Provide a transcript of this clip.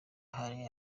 hari